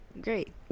great